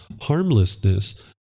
harmlessness